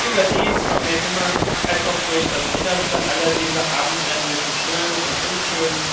überdies war mir immer als ob durch das innerste aller dieser abendländischen schönen und unschönen